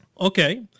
Okay